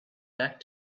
back